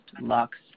LUX